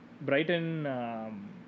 Brighton